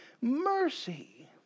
mercy